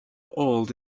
old